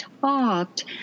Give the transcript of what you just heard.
talked